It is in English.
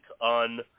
on